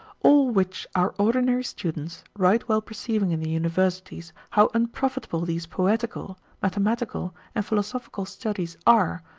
all which our ordinary students, right well perceiving in the universities, how unprofitable these poetical, mathematical, and philosophical studies are,